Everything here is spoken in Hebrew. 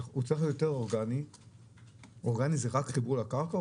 אורגני זה רק חיבור לקרקע?